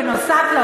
ומה זה סעיף 6?